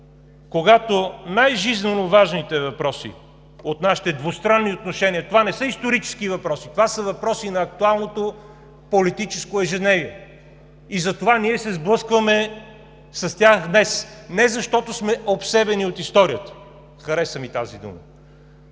когато най-жизненоважните въпроси от нашите двустранни отношения, това не са исторически въпроси, това са въпроси на актуалното политическо ежедневие и затова ние се сблъскваме с тях днес, не защото сме обсебени от историята, хареса ми тази дума,